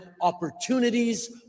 opportunities